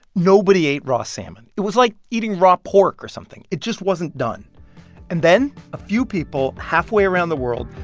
nobody ate raw salmon. it was like eating raw pork or something. it just wasn't done and then a few people, halfway around the world,